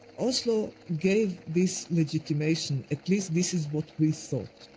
oslo gave this legitimation, at least this is what we thought.